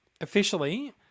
Officially